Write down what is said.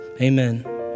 amen